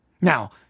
Now